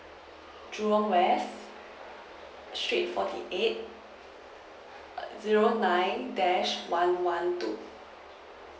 jurong west street forty eight zero nine dash one one two